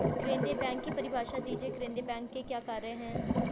केंद्रीय बैंक की परिभाषा दीजिए केंद्रीय बैंक के क्या कार्य हैं?